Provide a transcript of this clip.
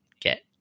get